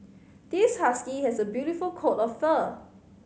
this husky has a beautiful coat of fur